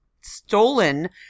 stolen